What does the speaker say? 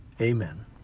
Amen